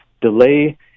Delay